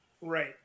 Right